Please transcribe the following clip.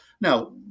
Now